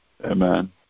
Amen